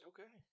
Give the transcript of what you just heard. Okay